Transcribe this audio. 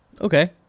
Okay